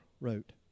wrote